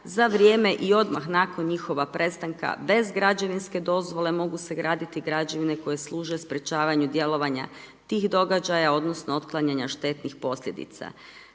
za vrijeme i odmah nakon njihova prestanka bez građevinske dozvole mogu se graditi građevine koje služe sprječavanju djelovanja tih događaja odnosno otklanjanja štetnih posljedica.